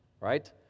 right